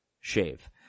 shave